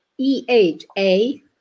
EHA